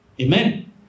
Amen